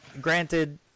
granted